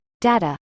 data